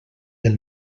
del